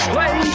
Play